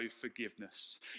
forgiveness